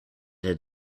had